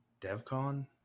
DevCon